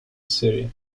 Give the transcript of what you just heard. city